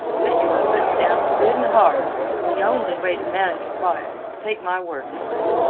put your foot down good and hard the only way to manage a wife. take my word for it.